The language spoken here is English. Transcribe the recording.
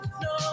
no